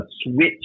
switch